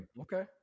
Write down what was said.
Okay